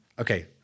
okay